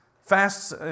Fasts